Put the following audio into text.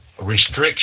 restriction